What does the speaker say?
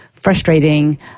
frustrating